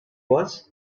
was